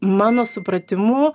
mano supratimu